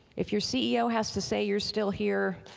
if your ceo has to say you're still here,